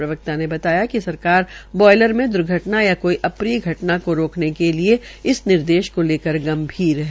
प्रवक्ता ने बताया कि सरकार बॉयलर में दूर्घटना या कोई अप्रिय घटना को रोकने के लिये निर्देश लेकर गंभीर है